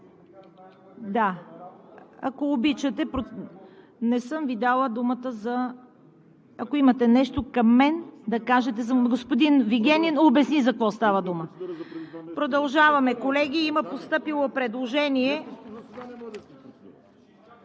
Да, ако обичате! Не съм Ви дала думата за... Ако имате нещо към мен да кажете, но господин Вигенин обясни за какво става дума. Продължаваме, колеги. Има постъпило предложение...